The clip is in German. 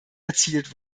erzielt